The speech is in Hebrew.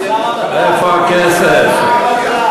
איפה הכסף?